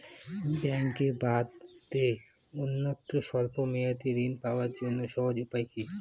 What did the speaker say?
ব্যাঙ্কে বাদে অন্যত্র স্বল্প মেয়াদি ঋণ পাওয়ার জন্য সহজ উপায় কি?